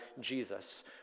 Jesus